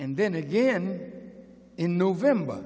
and then again in november